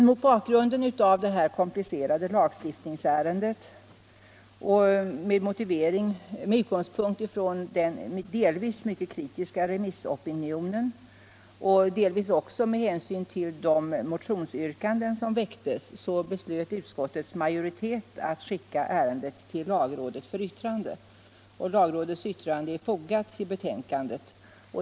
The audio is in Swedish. Mot bakgrund av det här lagstiftningsärendets komplicerade natur och med utgångspunkt i den delvis mycket kritiska remissopinionen, i viss mån också med hänsyn till de motionsyrkanden som framförts, beslöt utskottets majoritet att skicka ärendet till lagrådet för yttrande. Lagrådets yttrande är fogat till betänkandet.